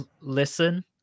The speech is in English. Listen